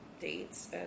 dates